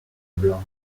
blanc